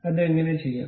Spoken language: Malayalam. അത് എങ്ങനെ ചെയ്യാം